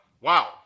Wow